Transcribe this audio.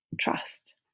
trust